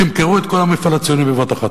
תמכרו את כל המפעל הציוני בבת-אחת.